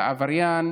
לעבריין,